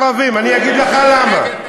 נגד ערבים, אני אגיד לך למה.